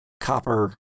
copper